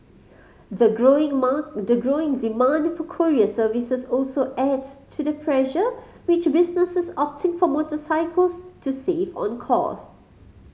the growing the growing demand for courier services also adds to the pressure which businesses opting for motorcycles to save on costs